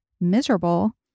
miserable